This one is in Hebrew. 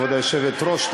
כבוד היושבת-ראש,